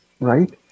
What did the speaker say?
right